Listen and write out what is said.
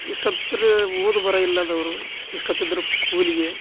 ಇಷ್ಟತ್ತ್ರ ಓದು ಬರಹ ಇಲ್ಲದವರು ಇಷ್ಟೊತ್ತಿದ್ದರು ಕೂಲಿಗೆ